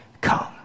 come